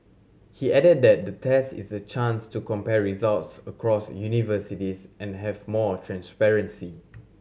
he added that the test is a chance to compare results across universities and have more transparency